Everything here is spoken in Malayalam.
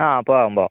ആ പോവാം പോവാം